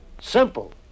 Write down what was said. Simple